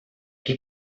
qui